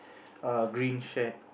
err green shed